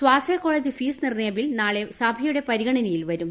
സ്വാശ്രയ college fees നിർണയ bill നാളെ സഭയുടെ പരിഗണനയിൽ വരും